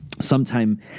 sometime